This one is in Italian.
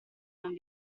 non